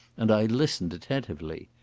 and i listened attentively.